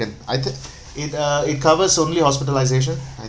I take it uh it covers only hospitalisation I